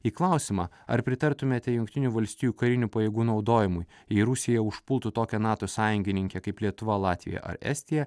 į klausimą ar pritartumėte jungtinių valstijų karinių pajėgų naudojimui jei rusija užpultų tokią nato sąjungininkę kaip lietuva latvija ar estija